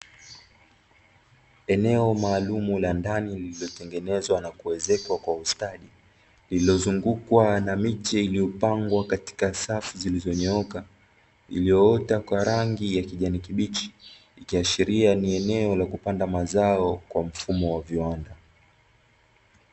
Eneo maalumu la ndani lililotengenezwa na kuezekwa kwa ustadi, lililozungukwa na miche iliyopangwa katika safu zilizonyooka, iliyoota kwa rangi ya kijani kibichi ikiashiria ni eneo la kupanda mazao kwa mfumo wa viwanda.